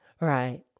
Right